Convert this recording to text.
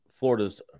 Florida's